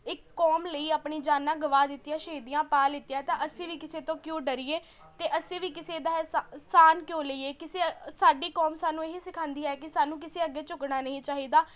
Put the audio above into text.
ਇੱਕ ਕੌਮ ਲਈ ਆਪਣੀ ਜਾਨਾਂ ਗਵਾ ਦਿੱਤੀਆਂ ਸ਼ਹੀਦੀਆਂ ਪਾ ਲਿੱਤੀਆਂ ਤਾਂ ਅਸੀਂ ਵੀ ਕਿਸੇ ਤੋਂ ਕਿਉਂ ਡਰੀਏ ਅਤੇ ਅਸੀਂ ਵੀ ਕਿਸੇ ਦਾ ਅਹਿਸਾਨ ਸਾਨ ਕਿਉਂ ਲਈਏ ਕਿਸੇ ਸਾਡੀ ਕੌਮ ਸਾਨੂੰ ਇਹੀ ਸਿਖਾਉਂਦੀ ਹੈ ਕਿ ਸਾਨੂੰ ਕਿਸੇ ਅੱਗੇ ਝੁਕਣਾ ਨਹੀਂ ਚਾਹੀਦਾ